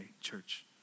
church